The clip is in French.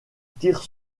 tire